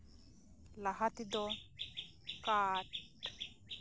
ᱞᱟᱦᱟᱛᱮᱫᱚ ᱠᱟᱴᱷ